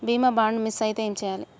బీమా bond miss అయితే ఏం చేయాలి?